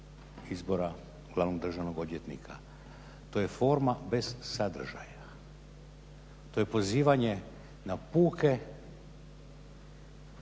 izbora glavnog državnog odvjetnika. To je forma bez sadržaja. To je pozivanje na puke